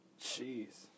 Jeez